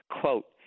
quote